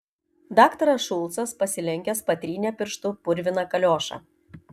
daktaras šulcas pasilenkęs patrynė pirštu purviną kaliošą